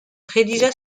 rédigea